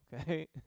Okay